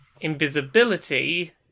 invisibility